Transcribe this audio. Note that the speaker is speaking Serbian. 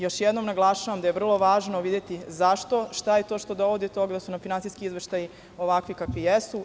Još jednom naglašavam da je vrlo važno videti zašto, šta je to što dovodi do toga da su finansijski izveštaji kakvi jesu.